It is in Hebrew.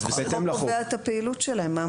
החוק קובע את הפעילות שלהם.